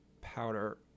powder